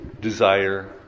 desire